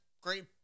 great